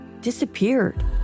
disappeared